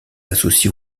associé